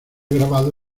grabado